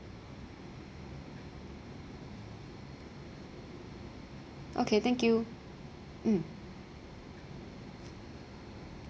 okay thank you hmm